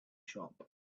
shop